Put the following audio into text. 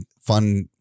fun